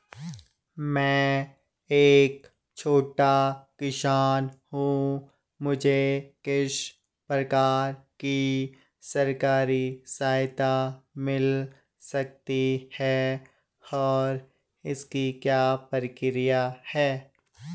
मैं एक छोटा किसान हूँ मुझे किस प्रकार की सरकारी सहायता मिल सकती है और इसकी क्या प्रक्रिया है?